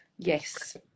Yes